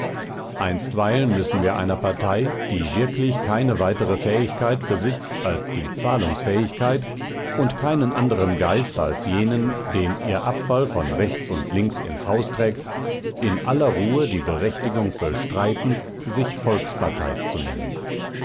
einstweilen müssen wir einer partei die wirklich keine weitere fähigkeit besitzt als die zahlungsfähigkeit und keinen anderen geist als jenen den ihr abfall von rechts und links ins haus trägt in aller ruhe die berechtigung bestreiten sich volkspartei zu nennen